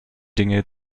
dinge